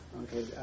Okay